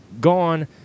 Gone